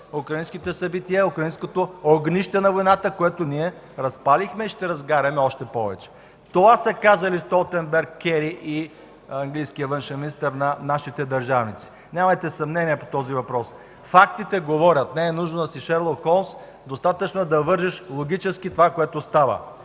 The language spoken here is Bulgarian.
украинските събития, украинското огнище на войната, което ние разпалихме и ще разгаряме още повече”. Това са казали Столтенберг, Кери и английският външен министър на нашите държавници. Нямайте съмнение по този въпрос! Фактите говорят. Не е нужно да си Шерлок Холмс, достатъчно е да вържеш логически това, което става.